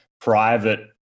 private